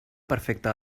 perfecta